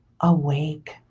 awake